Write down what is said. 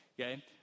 Okay